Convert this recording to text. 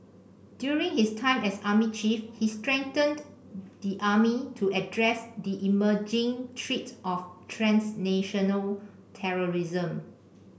during his time as army chief he strengthened the army to address the emerging threat of transnational terrorism